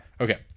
Okay